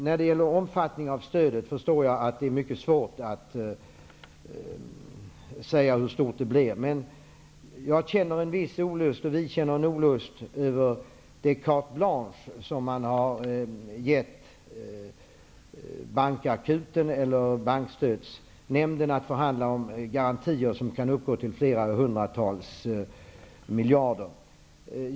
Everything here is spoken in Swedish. När det gäller omfattningen av stödet, förstår jag att det är mycket svårt att säga hur stort det kan bli. Vi känner emellertid en mycket stor olust över det carte blanche som man har gett Bankstödsnämnden. Det gäller garantier som kan uppgå till flera hundratals miljarder kronor.